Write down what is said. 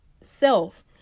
self